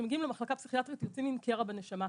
וכשמגיעים למחלקה פסיכיאטרית יוצאים עם קרע בנשמה.